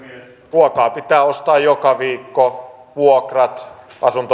ruokaa pitää ostaa joka viikko vuokrat